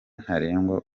ntarengwa